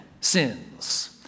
sins